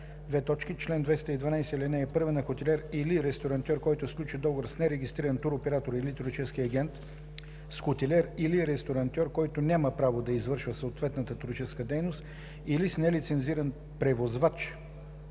така: „Чл. 212. (1) На хотелиер или ресторантьор, който сключи договор с нерегистриран туроператор или туристически агент, с хотелиер или ресторантьор, който няма право да извършва съответната туристическа дейност, или с нелицензиран превозвач,